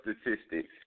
statistics